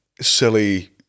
silly